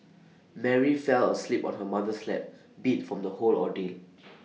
Mary fell asleep on her mother's lap beat from the whole ordeal